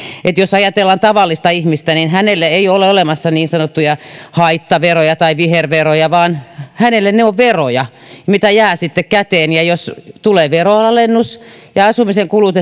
jos ajatellaan tavallista ihmistä niin hänelle ei ole olemassa niin sanottuja haittaveroja tai viherveroja vaan hänelle ne ovat veroja mitä jää sitten käteen jos tulee veronalennus ja esimerkiksi asumisen kulut